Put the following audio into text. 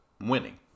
winning